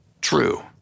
true